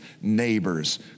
neighbors